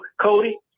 Cody